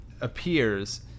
appears